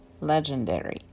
legendary